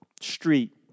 Street